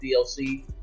DLC